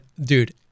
dude